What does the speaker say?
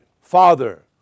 Father